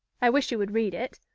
i wish you would read it.